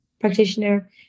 practitioner